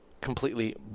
Completely